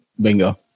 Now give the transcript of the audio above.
bingo